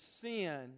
sin